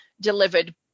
delivered